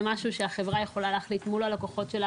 זה משהו שהחברה יכולה להחליט מול הלקוחות שלה,